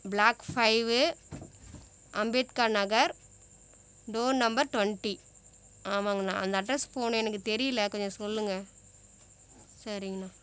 black five Ambedkar Nagar door number twenty ஆமாங்கண்ணா அந்த அட்ரஸ்சுக்கு போகணும் எனக்கு தெரியல கொஞ்சம் சொல்லுங்கள் சரிங்கண்ணா